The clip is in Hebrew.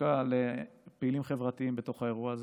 דווקא לפעילים חברתיים בתוך האירוע הזה.